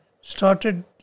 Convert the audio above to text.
started